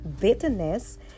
bitterness